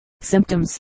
Symptoms